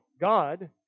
God